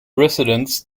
residents